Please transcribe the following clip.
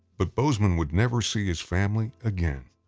but bozeman would never see his family again.